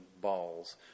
balls